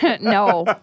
No